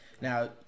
now